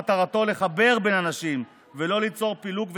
מטרתו לחבר בין אנשים ולא ליצור פילוג ושנאה.